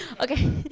Okay